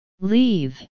Leave